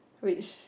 which